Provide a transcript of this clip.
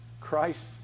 Christ